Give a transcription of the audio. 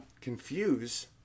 confuse